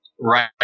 right